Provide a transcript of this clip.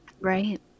Right